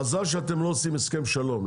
מזל שאתם לא עושים הסכם שלום,